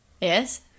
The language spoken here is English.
Yes